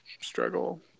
struggle